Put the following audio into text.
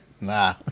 Nah